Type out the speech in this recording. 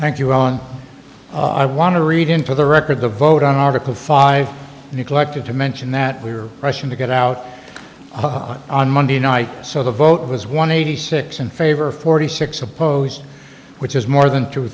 thank you ron i want to read into the record the vote on article five neglected to mention that we were rushing to get out on monday night so the vote was one eighty six in favor forty six opposed which is more than two